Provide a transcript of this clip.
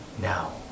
Now